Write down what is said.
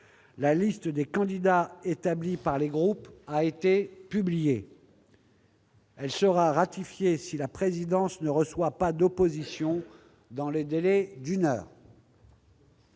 la liste des candidats établie par les groupes a été publiée. Elle sera ratifiée si la présidence ne reçoit pas d'opposition dans le délai d'une heure.